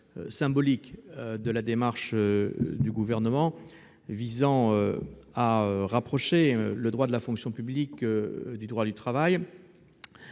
symbolique de la démarche du Gouvernement, visant à rapprocher le droit de la fonction publique du droit du travail